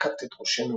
זקפת את ראשינו,